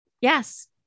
Yes